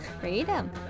Freedom